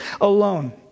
alone